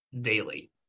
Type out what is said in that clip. daily